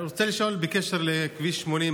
אני רוצה לשאול בקשר לכביש 80,